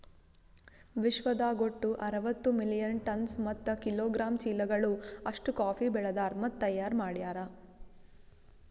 ವಿಶ್ವದಾಗ್ ಒಟ್ಟು ಅರವತ್ತು ಮಿಲಿಯನ್ ಟನ್ಸ್ ಮತ್ತ ಕಿಲೋಗ್ರಾಮ್ ಚೀಲಗಳು ಅಷ್ಟು ಕಾಫಿ ಬೆಳದಾರ್ ಮತ್ತ ತೈಯಾರ್ ಮಾಡ್ಯಾರ